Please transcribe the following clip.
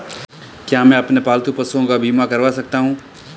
क्या मैं अपने पालतू पशुओं का बीमा करवा सकता हूं?